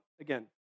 again